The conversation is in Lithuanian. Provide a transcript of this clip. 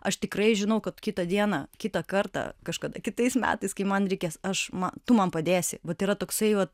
aš tikrai žinau kad kitą dieną kitą kartą kažkada kitais metais kai man reikės aš ma tu man padėsi vat yra toksai vat